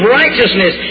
righteousness